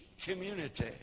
community